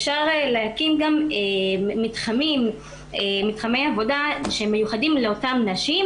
אפשר להקים גם מתחמי עבודה שמיוחדים לאותן נשים